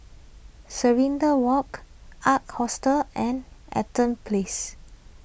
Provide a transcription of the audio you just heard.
Serenade Walk Ark Hostel and Eaton Place